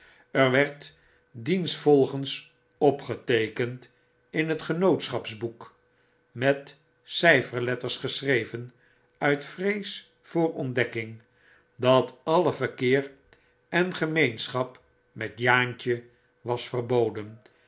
er werd diensvolgens opgeteekend in het genootschaps boek met cjjferletters geschreven uit vrees voor ontdekking dat alle verkeer en gemeenschap met jaantje was verboden